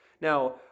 Now